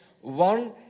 One